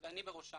ואני בראשם,